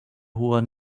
hoher